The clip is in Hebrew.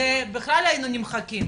אז בכלל היינו נמחקים.